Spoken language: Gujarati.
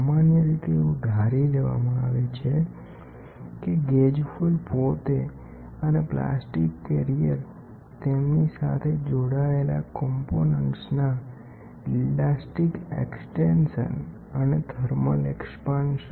સામાન્ય રીતે એવું ધારી લેવામાં આવે છે કે ગેજ ફોઇલ પોતે પ્લાસ્ટિક કેરિયર છે તે તેની સાથે જોડાયેલા ઘટકો કરતા ઘણું પાતળું છે તેનો ઇલાસ્ટિક એક્સ્ટેંશન અને થર્મલ વિસ્તરણનો દર સમાન રહે છે